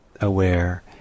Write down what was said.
aware